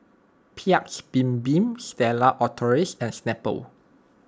Paik's Bibim Stella Artois and Snapple